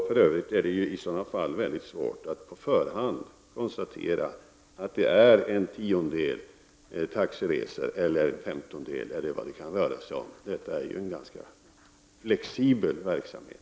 För övrigt är det i sådana fall mycket svårt att på förhand konstatera om det rör sig om en tiondel taxiresor, en femtondel osv. Detta är en ganska flexibel verksamhet.